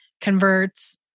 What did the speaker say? converts